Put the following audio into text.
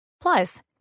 Plus